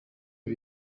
ibi